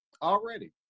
already